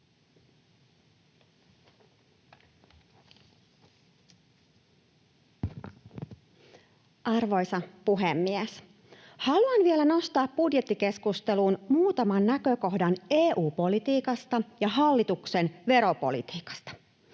Arvoisa puhemies! Haluan vielä nostaa budjettikeskusteluun muutaman näkökohdan EU-politiikasta ja hallituksen veropolitiikasta.